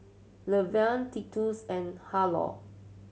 Luverne Titus and Harlow